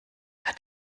hat